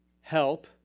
help